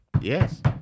yes